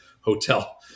hotel